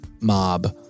mob